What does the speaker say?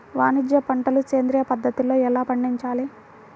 వాణిజ్య పంటలు సేంద్రియ పద్ధతిలో ఎలా పండించాలి?